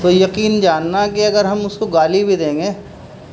تو یقین جاننا کہ اگر ہم اس کو گالی بھی دیں گے